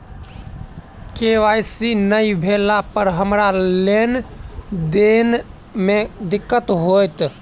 KYC नै भेला पर हमरा लेन देन मे दिक्कत होइत?